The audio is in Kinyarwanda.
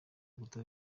rukuta